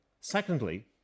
Secondly